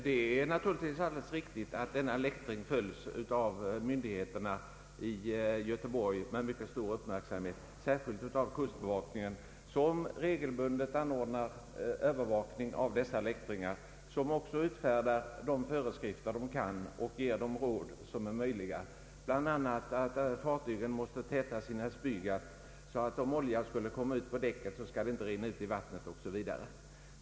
Herr talman! Det är riktigt att läktringen på Rivöfjorden och utanför Göteborg följs med stor uppmärksamhet av myndigheterna i Göteborg, särskilt av kustbevakningen som regelbundet anordnar övervakning av läktringarna och som utfärdar råd och föreskrifter, såsom t.ex. att fartygen måste täta sina spygatt för att den olja som eventuellt kan komma ut på däcket inte skall rinna ut i vattnet, o. s. v.